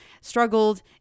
struggled